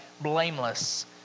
blameless